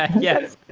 yes.